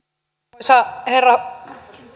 arvoisa herra